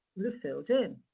would've filled in.